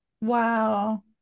wow